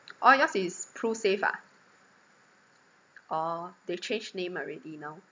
orh yours is prusave ah orh they change name already now